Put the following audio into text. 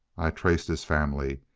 i traced his family.